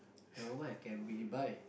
never mind can be rebuy